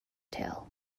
tale